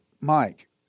Mike